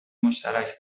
مشترک